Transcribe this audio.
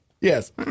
Yes